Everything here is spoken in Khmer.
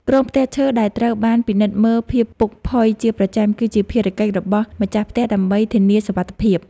គ្រោងផ្ទះឈើដែលត្រូវបានពិនិត្យមើលភាពពុកផុយជាប្រចាំ គឺជាភារកិច្ចរបស់ម្ចាស់ផ្ទះដើម្បីធានាសុវត្ថិភាព។